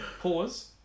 pause